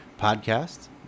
podcast